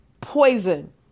poison